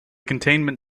containment